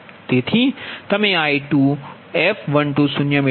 તેથી તમે If120